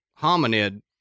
hominid